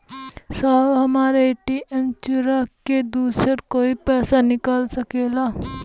साहब हमार ए.टी.एम चूरा के दूसर कोई पैसा निकाल सकेला?